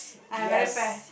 I very fair